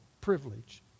privilege